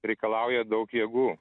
reikalauja daug jėgų